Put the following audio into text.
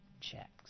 checks